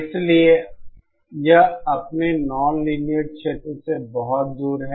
इसलिए यह अपने नॉनलीनियर क्षेत्र से बहुत दूर है